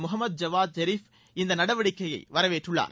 Mohammad Javad Zarif இந்த நடவடிக்கையை வரவேற்றுள்ளார்